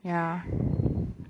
ya